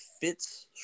fits